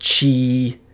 Chi